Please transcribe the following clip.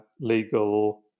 legal